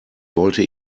wollte